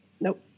nope